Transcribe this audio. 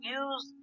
use